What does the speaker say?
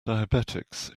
diabetics